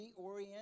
reorient